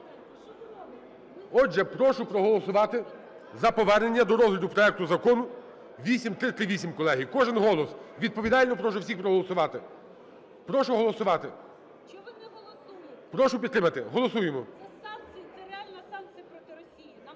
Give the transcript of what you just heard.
Отже, прошу проголосувати за повернення до розгляду проекту Закону 8338. Колеги, кожен голос, відповідально прошу всіх проголосувати. Прошу голосувати. Прошу підтримати. Голосуємо.